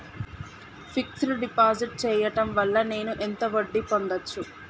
Fix డ్ deposit చేయటం వల్ల నేను ఎంత వడ్డీ పొందచ్చు?